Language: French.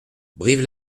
brive